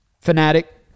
Fanatic